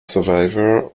survivor